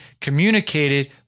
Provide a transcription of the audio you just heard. communicated